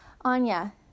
Anya